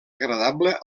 agradable